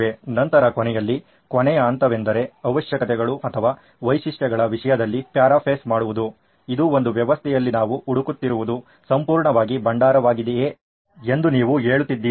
ನಂತರ ಕೊನೆಯಲ್ಲಿ ಕೊನೆಯ ಹಂತವೆಂದರೆ ಅವಶ್ಯಕತೆಗಳು ಅಥವಾ ವೈಶಿಷ್ಟ್ಯಗಳ ವಿಷಯದಲ್ಲಿ ಪ್ಯಾರಾಫ್ರೇಸ್ ಮಾಡುವುದು ಇದು ಒಂದು ವ್ಯವಸ್ಥೆಯಲ್ಲಿ ನಾವು ಹುಡುಕುತ್ತಿರುವುದು ಸಂಪೂರ್ಣವಾಗಿ ಭಂಡಾರವಾಗಿದೆಯೆ ಎಂದು ನೀವು ಹೇಳುತ್ತಿದ್ದೀರ